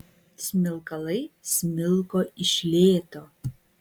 smilkalai smilko iš lėto